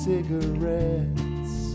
cigarettes